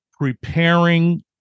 preparing